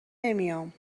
نمیام